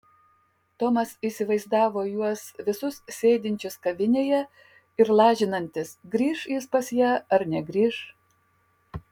tomas įsivaizdavo juos visus sėdinčius kavinėje ir lažinantis grįš jis pas ją ar negrįš